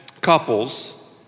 couples